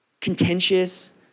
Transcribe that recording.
contentious